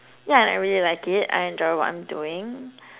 yeah and I really like it I enjoy what I'm doing